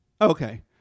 Okay